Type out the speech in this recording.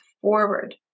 forward